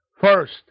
First